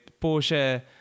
Porsche